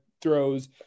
throws